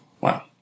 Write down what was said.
Wow